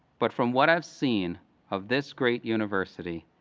but from what i've seen of this great university,